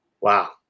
Wow